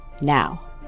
now